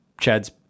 Chad's